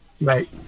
Right